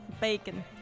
Bacon